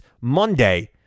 Monday